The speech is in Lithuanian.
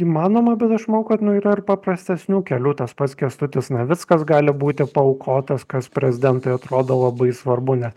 įmanoma bet aš manau kad nu yra ir paprastesnių kelių tas pats kęstutis navickas gali būti paaukotas kas prezidentui atrodo labai svarbu nes